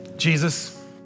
Jesus